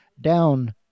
down